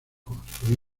construir